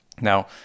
Now